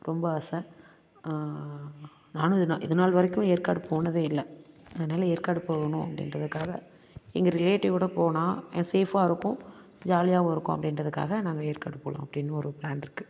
ரொம்ப ஆசை நானும் இது நாள் இது நாள் வரைக்கும் ஏற்காடு போனதே இல்லை அதனால் ஏற்காடு போகணும் அப்படின்றதுக்காக எங்கள் ரிலேட்டிவோடு போனால் சேஃபாக இருக்கும் ஜாலியாகவும் இருக்கும் அப்படின்றதுக்காக நாங்கள் ஏற்காடு போகலாம் அப்படின்னு ஒரு பிளான் இருக்குது